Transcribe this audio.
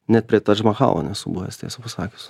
net prie tadž mahalo nes buvęs tiesą pasakius